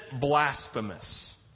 blasphemous